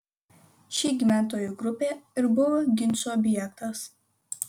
ši gyventojų grupė ir buvo ginčų objektas